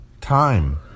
Time